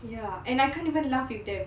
ya and I can't even laugh with them